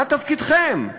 מה תפקידכם?